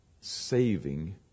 saving